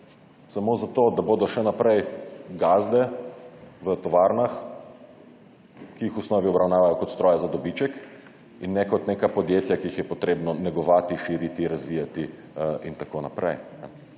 Samo zato, da bodo še naprej gazde v tovarnah, ki jih v osnovi obravnavajo kot stroj za dobiček in ne kot neka podjetja, ki jih je potrebno negovati, širiti, razvijati in tako naprej?